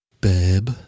babe